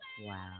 Wow